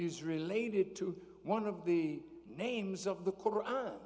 is related to one of the names of the koran